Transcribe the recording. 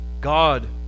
God